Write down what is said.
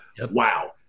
Wow